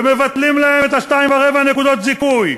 ומבטלים להם את 2.25 נקודות הזיכוי.